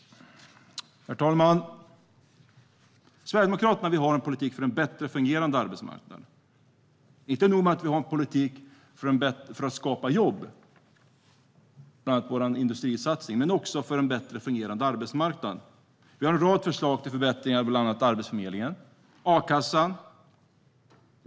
Herr talman! Sverigedemokraterna vill ha en politik för en bättre fungerande arbetsmarknad. Vi har inte bara en politik för att skapa jobb, bland annat vår industrisatsning. Vi har också en politik för en bättre fungerande arbetsmarknad. Vi har en rad förslag till förbättringar som gäller bland annat Arbetsförmedlingen, a-kassan.